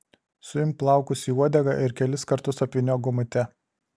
suimk plaukus į uodegą ir kelis kartus apvyniok gumute